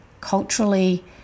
culturally